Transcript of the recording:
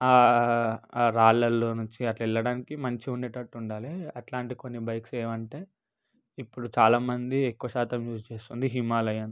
ఆ రాళ్ళల్లో నుంచి అట్ల వెళ్ళడానికి మంచిగా ఉండేటట్టు ఉండాలి అట్లాంటి కొన్ని బైక్స్ ఏవంటే ఇప్పుడు చాలామంది ఎక్కువ శాతం యూజ్ చేస్తుంది హిమాలయన్